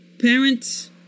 Parents